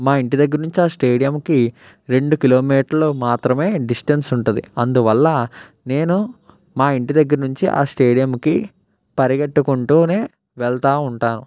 మా ఇంటి దగ్గర నుంచి ఆ స్టేడియంకి రెండు కిలోమీటర్లు మాత్రమే డిస్టెన్స్ ఉంటుంది అందువల్ల నేను మా ఇంటి దగ్గర నుంచి ఆ స్టేడియంకి పరిగెత్తుకుంటు వెళ్తా ఉంటాను